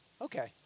Okay